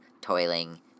toiling